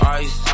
ice